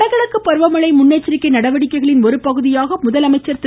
தங்கமணி வடகிழக்கு பருவமழை முன்னெச்சரிக்கை நடவடிக்கைகளின் ஒருபகுதியாக முதலமைச்சர் திரு